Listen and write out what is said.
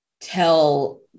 tell